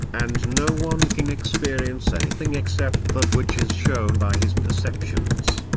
and no one can experience anything except that which is shown by his perceptions.